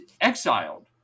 exiled